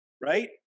right